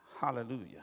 hallelujah